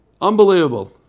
Unbelievable